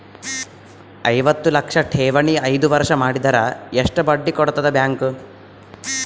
ಐವತ್ತು ಲಕ್ಷ ಠೇವಣಿ ಐದು ವರ್ಷ ಮಾಡಿದರ ಎಷ್ಟ ಬಡ್ಡಿ ಕೊಡತದ ಬ್ಯಾಂಕ್?